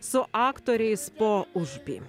su aktoriais po užupį